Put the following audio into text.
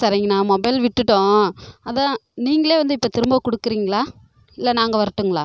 சரிங்ணா மொபைல் விட்டுவிட்டோம் அதான் நீங்களே வந்து இப்போ திரும்ப கொடுக்குறீங்ளா இல்லை நாங்கள் வரட்டுங்களா